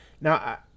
Now